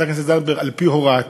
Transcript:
חברת הכנסת זנדברג, על-פי הוראתי,